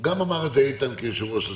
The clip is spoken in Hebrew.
גם אמר את זה איתן, כיושב-ראש הסיעה,